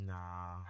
Nah